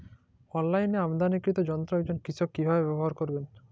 অনলাইনে আমদানীকৃত যন্ত্র একজন কৃষক কিভাবে ব্যবহার করবেন?